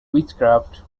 witchcraft